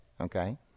okay